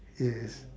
okay